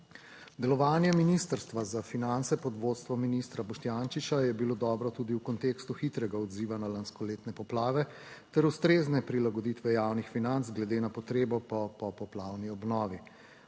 Delovanje Ministrstva za finance pod vodstvom ministra Boštjančiča je bilo dobro tudi v kontekstu hitrega odziva na lanskoletne poplave ter ustrezne prilagoditve javnih financ glede na potrebo po poplavni obnovi.